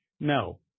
no